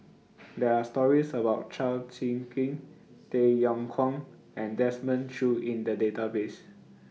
There Are stories about Chao Tzee Cheng Tay Yong Kwang and Desmond Choo in The Database